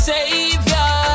Savior